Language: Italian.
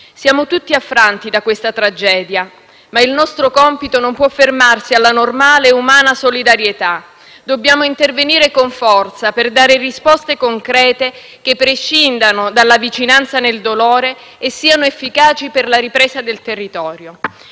Siamo tutti affranti da questa tragedia ma il nostro compito non può fermarsi alla normale, umana solidarietà. Dobbiamo intervenire con forza per dare risposte concrete che prescindano dalla vicinanza nel dolore e siano efficaci per la ripresa del territorio.